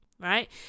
right